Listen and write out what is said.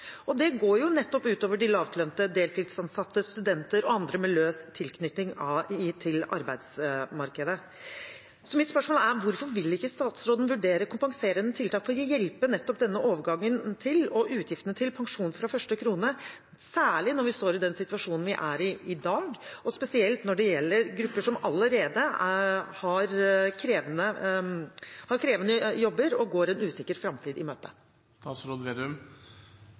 og det går ut over nettopp lavtlønte, deltidsansatte, studenter og andre med løs tilknytning til arbeidsmarkedet. Så mitt spørsmål er: Hvorfor vil ikke statsråden vurdere kompenserende tiltak for å hjelpe i denne overgangen med utgiftene til pensjon fra første krone, særlig når vi står i den situasjonen vi er i i dag, og spesielt når det gjelder grupper som allerede har krevende jobber og går en usikker framtid i